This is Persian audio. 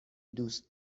دوست